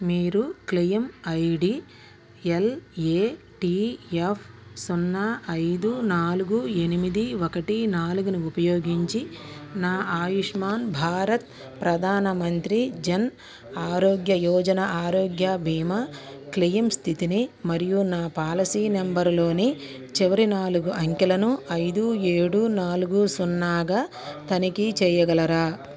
మీరు claim ID LATF సున్నా ఐదు నాలుగు ఎనిమిది ఒకటి నాలుగుని ఉపయోగించి నా ఆయుష్మాన్ భారత్ ప్రధాన మంత్రి జన్ ఆరోగ్య యోజన ఆరోగ్య బీమా క్లెయిమ్ స్థితిని మరియు నా పాలసీ నంబర్లోని చివరి నాలుగు అంకెలను ఐదు ఏడు నాలుగు సున్నాగా తనిఖీ చేయగలరా